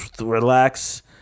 relax